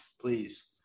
please